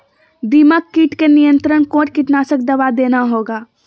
दीमक किट के नियंत्रण कौन कीटनाशक दवा देना होगा?